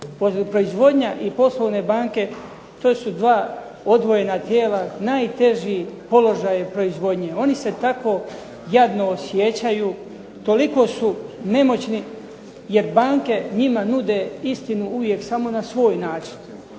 Proizvodnja i poslovne banke to su dva odvojena tijela najteži položaji proizvodnje, oni se tako jadno osjećaju, toliko su nemoćni jer banke njima nude istinu uvijek samo na svoj način.